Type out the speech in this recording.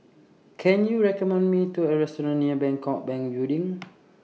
Can YOU recommend Me to A Restaurant near Bangkok Bank Building